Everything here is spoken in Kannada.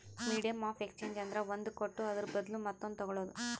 ಮೀಡಿಯಮ್ ಆಫ್ ಎಕ್ಸ್ಚೇಂಜ್ ಅಂದ್ರ ಒಂದ್ ಕೊಟ್ಟು ಅದುರ ಬದ್ಲು ಮತ್ತೊಂದು ತಗೋಳದ್